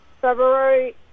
February